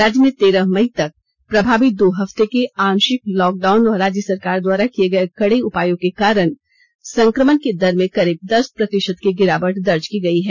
राज्य में तेरह मई तक प्रभावी दो हफ्ते के आंशिक लॉकडाउन और राज्य सरकार द्वारा किये गये कड़े उपायों के कारण संक्रमण की दर में करीब दस प्रतिशत की गिरावट दर्ज की गई है